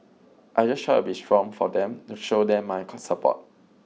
I just try to be strong for them to show them my support